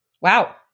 Wow